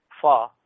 fa